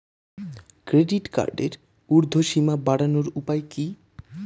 Credit কার্ডের উর্ধ্বসীমা বাড়ানোর উপায় কি?